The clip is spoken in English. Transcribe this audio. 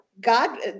God